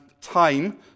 time